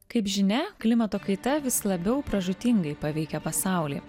kaip žinia klimato kaita vis labiau pražūtingai paveikia pasaulį